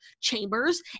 chambers